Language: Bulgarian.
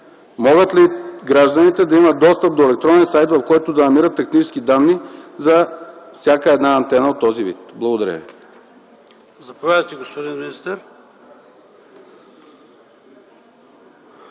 Могат ли гражданите да имат достъп до електронен сайт, в който да намират технически данни за всяка една антена от този вид? Благодаря